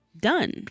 done